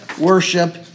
worship